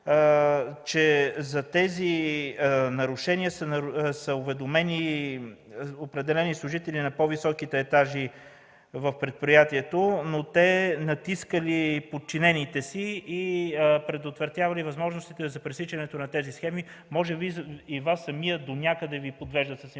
че за тези нарушения са уведомени определени служители на по-високите етажи в предприятието, но те натискали подчинените си и предотвратявали възможностите за пресичането на тези схеми. Може би и Вас самия донякъде Ви подвеждат с информацията,